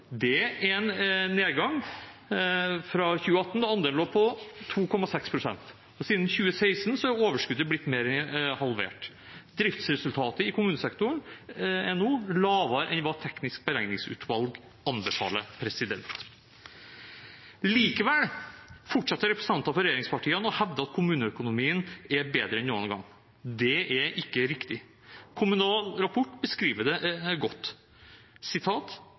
nedgang fra 2018, da andelen lå på 2,6 pst. Siden 2016 er overskuddet blitt mer enn halvert. Driftsresultatet i kommunesektoren er nå lavere enn hva Teknisk beregningsutvalg anbefaler. Likevel fortsetter representanter for regjeringspartiene å hevde at kommuneøkonomien er bedre enn noen gang. Det er ikke riktig. Kommunal Rapport beskriver det godt: